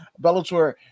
Bellator